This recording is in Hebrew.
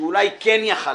שאולי כן יכול לגדל,